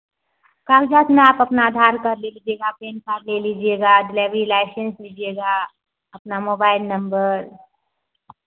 कागज़ात में आप अपना आधार कार्ड ले लीजिएगा पेन कार्ड ले लीजिएगा डेलेवरी लाइसेंस लीजिएगा अपना मोबाइल नंबर